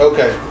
Okay